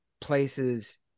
places